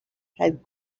had